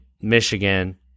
Michigan